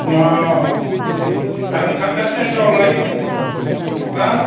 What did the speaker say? अ आं थांगासिनो दं लायनो हा